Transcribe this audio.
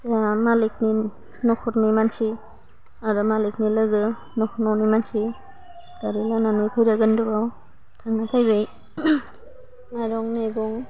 जोंहा मालिगनि नखरनि मानसि आरो मालिगनि लोगो नख न'नि मानसि गारि लानानै भेरबकन्द'आव थांना फैबाय माइरं मेगं